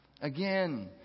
Again